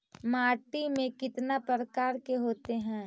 माटी में कितना प्रकार के होते हैं?